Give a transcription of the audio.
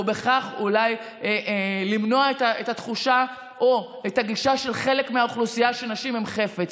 ובכך למנוע את התחושה או את הגישה של חלק מהאוכלוסייה שנשים הן חפץ.